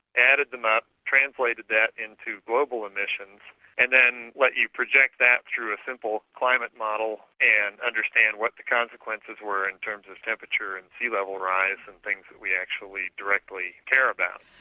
added them up, translated that into global emissions and then you project that through a simple climate model and understand what the consequences were in terms of temperature and sea-level rise and things that we actually directly care about.